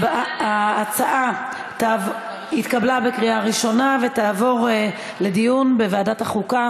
ההצעה התקבלה בקריאה ראשונה ותעבור לדיון בוועדת החוקה,